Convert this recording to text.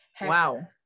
wow